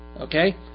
Okay